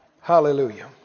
Hallelujah